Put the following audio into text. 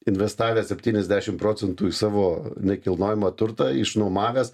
investavę septyniasdešim procentų į savo nekilnojamą turtą išnuomavęs